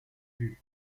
but